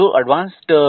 advanced